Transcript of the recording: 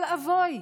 אבל אבוי,